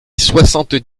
soixante